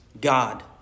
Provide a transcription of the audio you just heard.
God